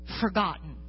forgotten